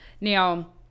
Now